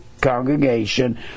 congregation